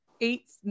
eight